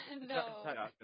no